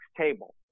table